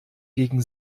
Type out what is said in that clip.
gegen